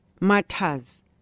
matters